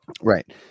right